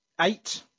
eight